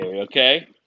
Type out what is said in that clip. okay